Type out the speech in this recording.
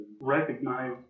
recognize